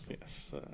yes